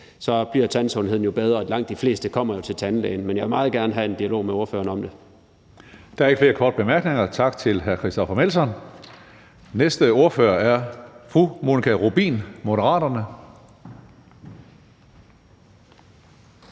bliver tandsundheden trods alt bedre, og langt de fleste kommer jo til tandlægen. Men jeg vil meget gerne have en dialog med spørgeren om det. Kl. 16:11 Tredje næstformand (Karsten Hønge): Der er ikke flere korte bemærkninger. Tak til hr. Christoffer Aagaard Melson. Næste ordfører er fru Monika Rubin, Moderaterne.